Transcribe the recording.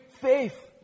faith